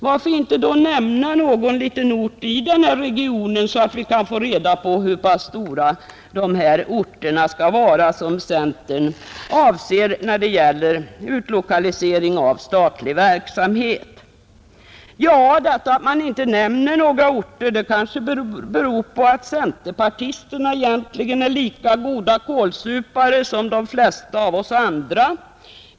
Varför inte då nämna någon liten ort i den regionen så att vi kan få reda på hur pass stora de här orterna skall vara som centern avser när det gäller utlokalisering av statlig verksamhet? Att man inte nämner några orter kanske beror på att centerpartisterna egentligen är lika goda kålsupare som de flesta av oss andra.